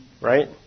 right